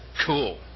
cool